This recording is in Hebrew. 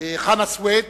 חנא סוייד